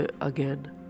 again